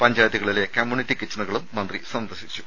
പഞ്ചായത്തുകളിലെ കമ്മ്യൂണിറ്റി കിച്ചണുകളും മന്ത്രി സന്ദർശിച്ചു